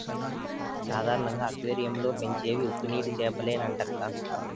సాధారణంగా అక్వేరియం లో పెంచేవి ఉప్పునీటి చేపలేనంటక్కా